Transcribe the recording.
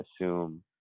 assume